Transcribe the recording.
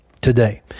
Today